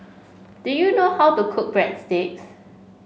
do you know how to cook Breadsticks